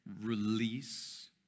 release